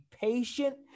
patient